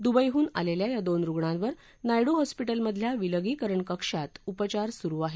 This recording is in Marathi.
दुबईहून आलेल्या या दोन रुग्णांवर नायडू हॅस्पिटलमधल्या विलगीकरण कक्षात उपचार सुरू आहेत